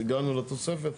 הגענו לתוספת?